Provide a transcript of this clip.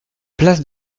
place